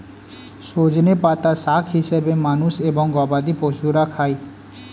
সজনে পাতা শাক হিসেবে মানুষ এবং গবাদি পশুরা খায়